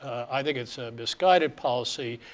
i think it's a misguided policy,